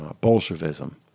bolshevism